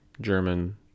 German